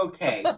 Okay